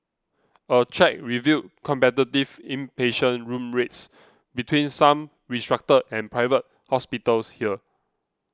a check revealed competitive inpatient room rates between some restructured and Private Hospitals here